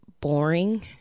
boring